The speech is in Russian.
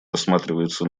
рассматривается